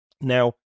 Now